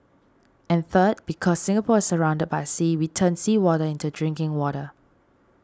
and third because Singapore is surrounded by sea we turn seawater into drinking water